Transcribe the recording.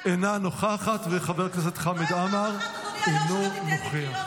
אינה נוכחת, חבר הכנסת חמד עמאר, אינו נוכח.